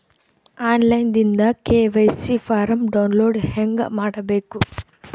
On line ದಿಂದ KYC form download ಹೇಂಗ ಮಾಡಬೇಕು?